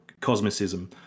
cosmicism